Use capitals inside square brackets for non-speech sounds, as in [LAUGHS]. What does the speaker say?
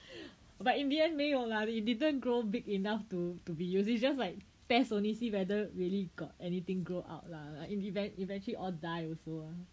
[LAUGHS] but in the end 没有 lah it didn't grow big enough to to be use it's just like test only see whether really got anything grow out lah event~ eventually all die also ah